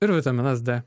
ir vitaminas d